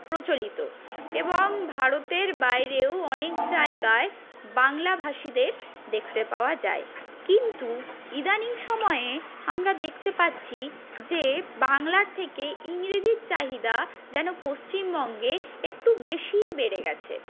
প্রচলিত এবং ভারতের বাইরেও অনেক জায়গায় বাংলাভাষীদের দেখতে পাওয়া যায় কিন্তু ইদানিং সময়ে আমরা দেখতে পাচ্ছি যে বাংলার থেকে ইংরেজির চাহিদা যেন পশ্চিমবঙ্গে একটু বেশিই বেড়ে গেছে